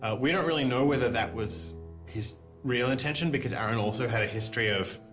ah we don't really know whether that was his real intention because aaron also had a history of